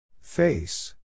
Face